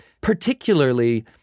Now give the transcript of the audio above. particularly